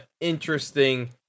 interesting